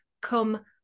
come